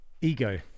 Ego